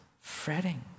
fretting